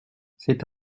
c’est